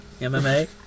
MMA